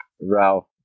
Ralph